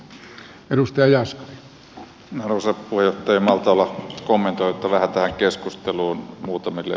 en malta olla kommentoimatta vähän tähän keskusteluun muutamille